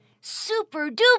Super-duper